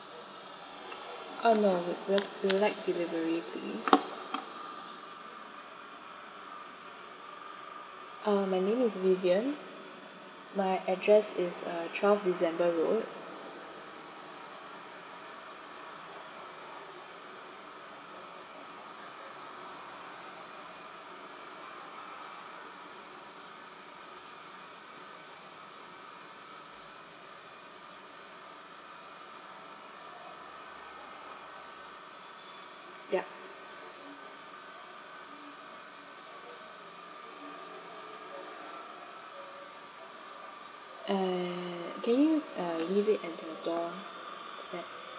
uh no we we're we would like delivery please uh my name is vivian my address is uh twelve december road yup uh can you uh leave it at the doorstep